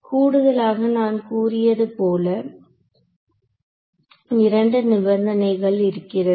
கூடுதலாக நான் கூறியதுபோல 2 நிபந்தனைகள் இருக்கிறது